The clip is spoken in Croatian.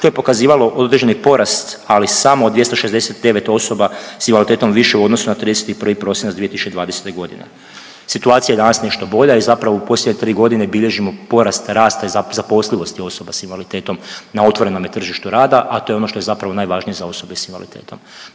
što je pokazivalo određeni porast, ali samo od 269 osoba s invaliditetom više u odnosu na 31. prosinac 2020. g. Situacija je danas nešto bolja i zapravo u posljednje 3 godine bilježimo porast rasta i zaposlivosti osoba s invaliditetom na otvorenome tržištu rada, a to je ono što je zapravo najvažnije za osobe s invaliditetom,